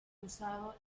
usado